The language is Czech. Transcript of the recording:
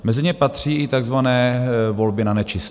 Mezi ně patří i takzvané volby nanečisto.